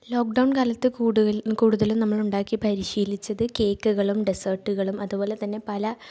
lockdown കാലത്ത് കൂടുതൽ കൂടുതലും നമ്മളുണ്ടാക്കി പരിശീലിച്ചത് കേക്കുകളും ഡെസേർട്ടുകളും അതുപോലെ തന്നെ പല